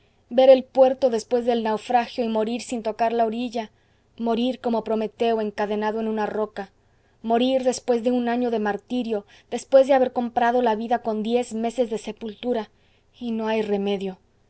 ver el puerto después del naufragio y morir sin tocar la orilla morir como prometeo encadenado en una roca morir después de un año de martirio después de haber comprado la vida con diez meses de sepultura y no hay remedio